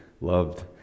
loved